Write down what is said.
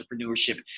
entrepreneurship